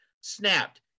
snapped